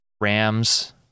Rams